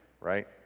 right